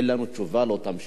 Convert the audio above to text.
אין לנו תשובה לאותם שמיניסטים,